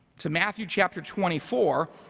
to matthew chapter twenty four,